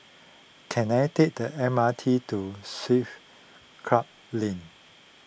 can I take the M R T to Swiss Club Lane